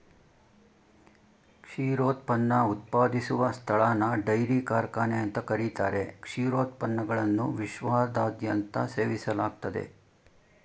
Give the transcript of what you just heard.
ಕ್ಷೀರೋತ್ಪನ್ನ ಉತ್ಪಾದಿಸುವ ಸ್ಥಳನ ಡೈರಿ ಕಾರ್ಖಾನೆ ಅಂತ ಕರೀತಾರೆ ಕ್ಷೀರೋತ್ಪನ್ನಗಳನ್ನು ವಿಶ್ವದಾದ್ಯಂತ ಸೇವಿಸಲಾಗ್ತದೆ